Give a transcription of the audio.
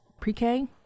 pre-K